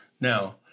Now